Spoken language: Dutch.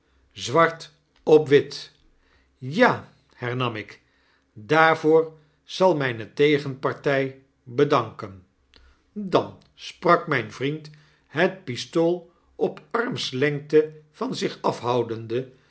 zwart op wit ja hernam ik daarvoor zal myne tegenpartij bedanken i an sprak myn vriend het pistool op armslengte van zich afhoudende